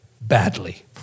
badly